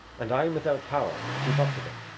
and i am without power to keep up to them,